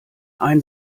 ein